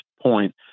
point